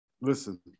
Listen